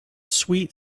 sweet